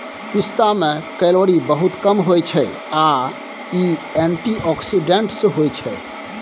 पिस्ता मे केलौरी बहुत कम होइ छै आ इ एंटीआक्सीडेंट्स होइ छै